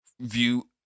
view